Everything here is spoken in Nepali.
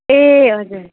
ए हजुर